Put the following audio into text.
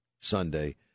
Sunday